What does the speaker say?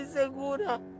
segura